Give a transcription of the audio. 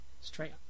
Straight